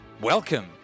welcome